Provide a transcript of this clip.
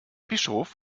bischof